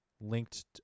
linked